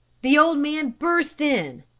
the old man burst in,